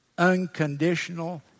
unconditional